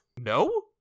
No